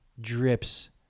Drips